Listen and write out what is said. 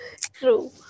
true